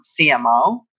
CMO